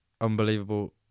unbelievable